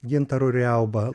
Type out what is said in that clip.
gintaru riauba